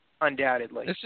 undoubtedly